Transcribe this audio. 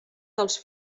dels